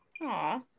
Aw